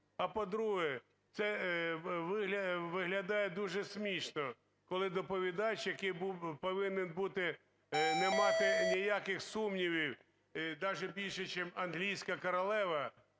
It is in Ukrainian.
а по-друге, це виглядає дуже смішно, коли доповідач, який був, повинен бути, не мати ніяких сумнівів, даже більше, чим англійська королева,